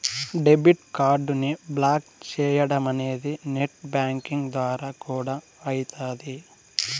debit కార్డుని block చేయడమనేది net banking ద్వారా కూడా అయితాది